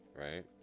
right